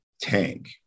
tank